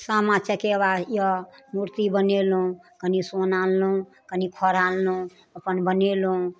सामा चकेवा यऽ मूर्ति बनेलहुँ कनी सोन आनलहुँ कनी खड़ आनलहुँ अपन बनेलहुँ